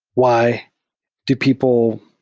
why do people